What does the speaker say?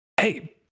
Hey